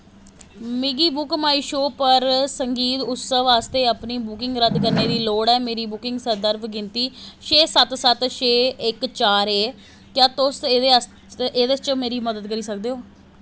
मिगी BookMyShow पर संगीत उत्सव आस्तै अपनी बुकिंग रद्द करने दी लोड़ ऐ मेरी बुकिंग संदर्भ गिनतरी छे सत्त सत्त छे इक चार ऐ क्या तुस एह्दे च मेरी मदद करी सकदे ओ